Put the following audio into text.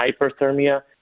hyperthermia